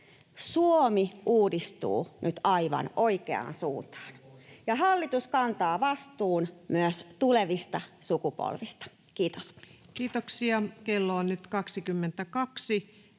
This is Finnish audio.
Suomi uudistuu nyt aivan oikeaan suuntaan, ja hallitus kantaa vastuun myös tulevista sukupolvista. — Kiitos.